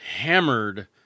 hammered